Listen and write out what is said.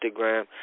instagram